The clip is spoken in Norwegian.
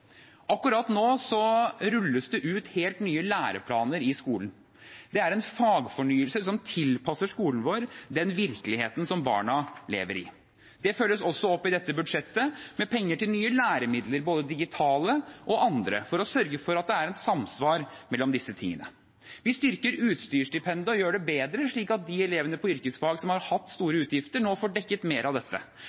Akkurat nå rulles det ut helt nye læreplaner i skolen. Det er en fagfornyelse som tilpasser skolen vår den virkeligheten barna lever i. Det følges også opp i dette budsjettet med penger til nye læremidler, både digitale og andre, for å sørge for at det er samsvar mellom disse tingene. Vi styrker utstyrsstipendet og gjør det bedre, slik at de elevene på yrkesfag som har hatt store utgifter, nå får dekket mer av dette.